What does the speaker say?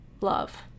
love